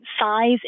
size